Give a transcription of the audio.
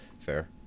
fair